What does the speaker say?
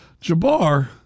Jabbar